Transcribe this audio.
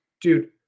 Dude